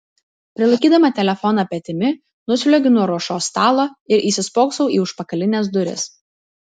prilaikydama telefoną petimi nusliuogiu nuo ruošos stalo ir įsispoksau į užpakalines duris